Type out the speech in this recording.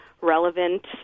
relevant